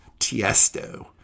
Tiesto